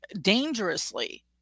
dangerously